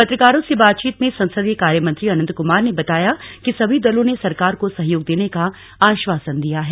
पत्रकारों से बातचीत में संसदीय कार्य मंत्री अनंत कुमार ने बताया कि सभी दलों ने सरकार को सहयोग देने का आश्वासन दिया है